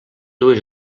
dues